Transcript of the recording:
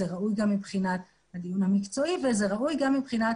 זה ראוי גם מבחינת הדיון המקצועי וזה ראוי גם מבחינת